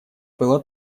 было